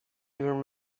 even